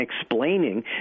explaining